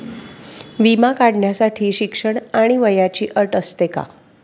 विमा काढण्यासाठी शिक्षण आणि वयाची अट असते का?